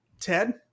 Ted